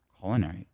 culinary